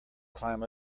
climb